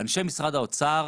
אנשי משרד האוצר